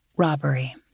Robbery